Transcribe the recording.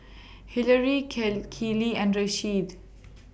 Hillary Keeley and Rasheed